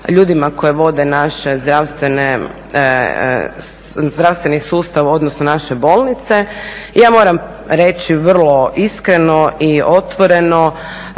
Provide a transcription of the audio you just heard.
ljudima koje vode naše zdravstveni sustav, odnosno naše bolnice. Ja moram reći vrlo iskreno i otvoreno